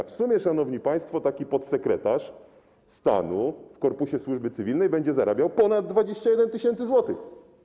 W sumie, szanowni państwo, podsekretarz stanu w korpusie służby cywilnej będzie zarabiał ponad 21 tys. zł.